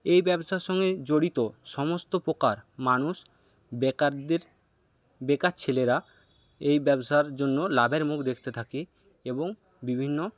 এই ব্যবসার সঙ্গে জড়িত সমস্ত প্রকার মানুষ বেকারদের বেকার ছেলেরা এই ব্যবসার জন্য লাভের মুখ দেখতে থাকে এবং বিভিন্ন